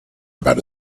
about